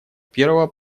первого